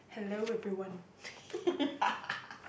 hello everyone